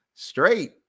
straight